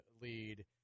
lead